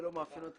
חוסר